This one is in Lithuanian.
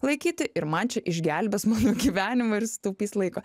laikyti ir man čia išgelbės mano gyvenimą ir sutaupys laiko